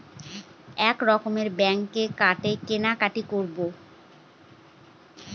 এক রকমের ব্যাঙ্কের কার্ডে কেনাকাটি করব